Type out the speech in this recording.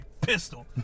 Pistol